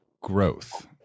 growth